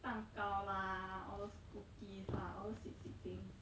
蛋糕 lah all those cookies lah all those sweet sweet things